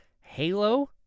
Halo